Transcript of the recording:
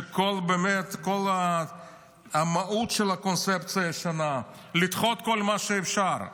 וכל המהות של הקונספציה הישנה, לדחות כל מה שאפשר.